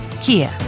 Kia